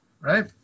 right